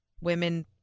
women